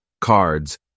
cards